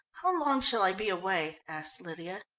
how long shall i be away? asked lydia.